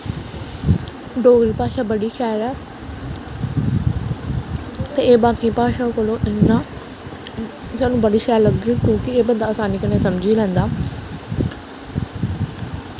डोगरी भाश बड़ी शैल ऐ ते एह् बाकी भाशां कोलूं साह्नू बड़ी शैल लगदी ऐ ठीक ऐ बंदा आसानी कन्नै समझी लैंदा